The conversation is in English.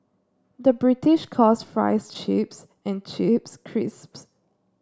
the British calls fries chips and chips crisps